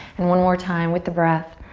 and one more time, with the breath.